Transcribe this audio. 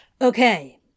Okay